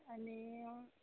आनी